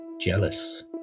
jealous